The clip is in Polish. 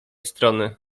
strony